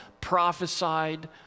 prophesied